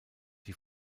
die